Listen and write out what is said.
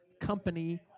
company